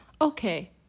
Okay